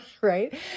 right